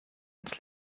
ins